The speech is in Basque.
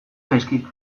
zaizkit